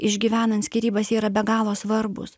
išgyvenant skyrybas jie yra be galo svarbūs